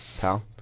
pal